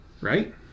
Right